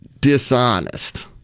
dishonest